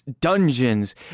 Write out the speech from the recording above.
dungeons